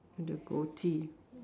the goatee